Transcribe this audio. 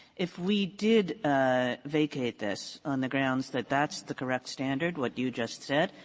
if we did ah vacate this on the grounds that that's the correct standard, what you just said,